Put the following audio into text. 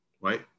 right